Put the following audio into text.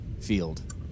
field